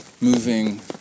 moving